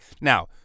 Now